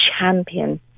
champion